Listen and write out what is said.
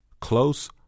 close